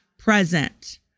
Present